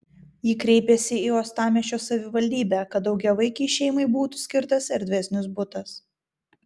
ji kreipėsi į uostamiesčio savivaldybę kad daugiavaikei šeimai būtų skirtas erdvesnis butas